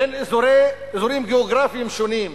בין אזורים גיאוגרפיים שונים,